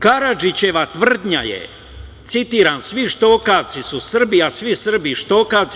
Karadžićeva tvrdnja je, citiram: „Svi Štokavci su Srbi, a svi Srbi Štokavci“